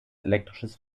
elektrisches